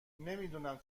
نمیدونم